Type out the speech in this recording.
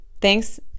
Thanks